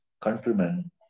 countrymen